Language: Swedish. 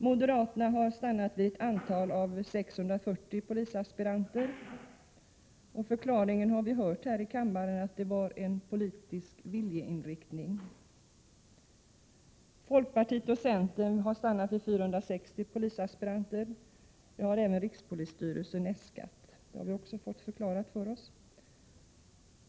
Moderaterna har stannat vid ett antal av 640 polisaspiranter. Vi har här i kammaren hört förklaringen att det var en politisk viljeinriktning. Folkpartiet och centern har stannat vid 460 polisaspiranter. Detta har också rikspolisstyrelsen äskat, har vi fått förklarat för oss.